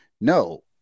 no